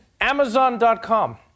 Amazon.com